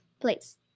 please